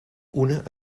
una